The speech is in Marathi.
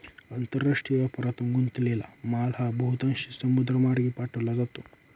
आंतरराष्ट्रीय व्यापारात गुंतलेला माल हा बहुतांशी समुद्रमार्गे पाठवला जातो